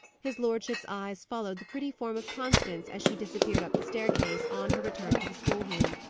his lordship's eyes followed the pretty form of constance as she disappeared up the staircase on her return to the schoolroom.